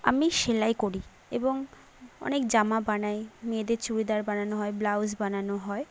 আমি সেলাই করি এবং অনেক জামা বানাই মেয়েদের চুড়িদার বানানো হয় ব্লাউজ বানানো হয়